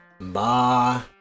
Bye